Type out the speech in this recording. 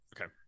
Okay